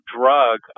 drug